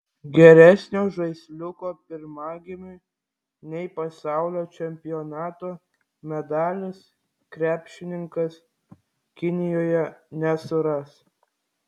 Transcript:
geresnio žaisliuko pirmagimiui nei pasaulio čempionato medalis krepšininkas kinijoje nesuras